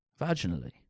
vaginally